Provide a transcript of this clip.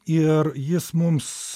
ir jis mums